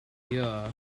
pure